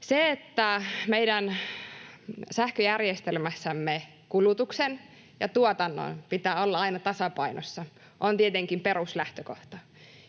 Se, että meidän sähköjärjestelmässämme kulutuksen ja tuotannon pitää olla aina tasapainossa, on tietenkin peruslähtökohta.